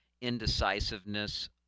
indecisiveness